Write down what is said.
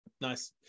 Nice